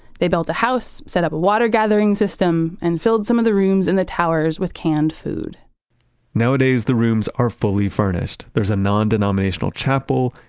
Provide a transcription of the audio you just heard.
they built a house, set up a water gathering system and filled some of the rooms in the towers with canned food nowadays, the rooms are fully furnished. there's a nondenominational chapel,